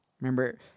Remember